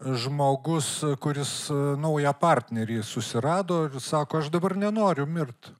žmogus kuris naują partnerį susirado ir sako aš dabar nenoriu mirt